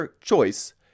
choice